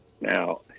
Now